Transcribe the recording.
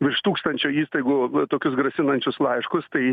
virš tūkstančio įstaigų tokius grasinančius laiškus tai